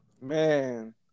Man